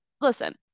listen